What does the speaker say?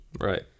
Right